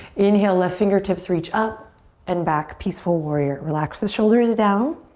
inhale, left fingertips reach up and back, peaceful warrior. relax the shoulders down.